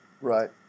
Right